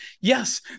yes